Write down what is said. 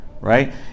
right